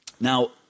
Now